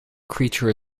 creature